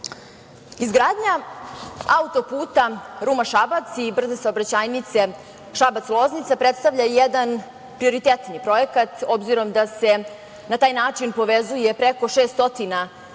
Srbije. Izgradnja autoputa Ruma – Šabac i brza saobraćajnice Šabac – Loznica predstavlja jedan prioritetni projekat, obzirom da se na taj način povezuje preko 600.000